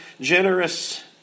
generous